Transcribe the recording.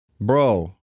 bro